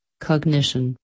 Cognition